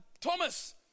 Thomas